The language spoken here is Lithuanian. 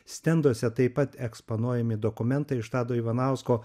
stenduose taip pat eksponuojami dokumentai iš tado ivanausko